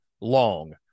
long